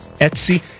Etsy